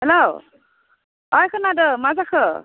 hello ओइ खोनादों मा जाखो